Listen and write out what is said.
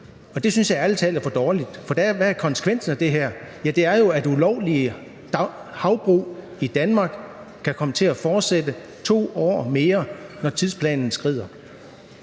og det synes jeg ærlig talt er for dårligt. For hvad er konsekvensen af det her? Ja, det er jo, at ulovlige havbrug i Danmark kan komme til at fortsætte 2 år mere, når tidsplanen skrider.